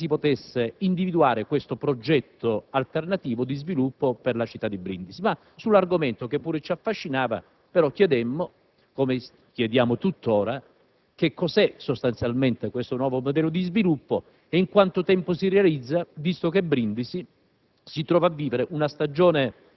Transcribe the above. ideologica - si potesse individuare un progetto alternativo di sviluppo per la città. Sull'argomento, che pure ci affascinava, chiedemmo - come chiediamo tuttora - quale fosse sostanzialmente questo nuovo modello di sviluppo e in quanto tempo si realizzasse, visto che Brindisi